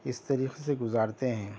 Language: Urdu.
اس طریقے سے گزارتے ہیں